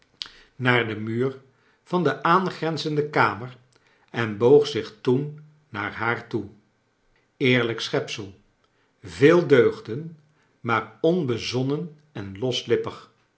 naar den kleine dorpjt muur van de aangrenzende kamer en boog zich toen naar haar toe eerlijk schepsel veel deugden maar onbezonnen en loslippig